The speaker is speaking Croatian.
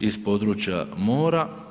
iz područja mora.